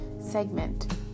segment